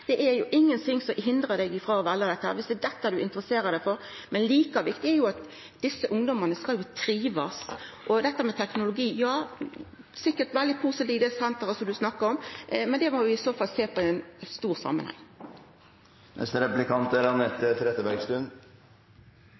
er det jo at desse ungdomane skal trivast. Og til dette med teknologi: Det er sikkert veldig positivt med det senteret som representanten snakkar om, men det må vi i så fall sjå på i ein større samanheng. Det er